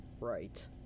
Right